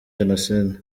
génocide